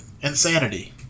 Insanity